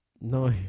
No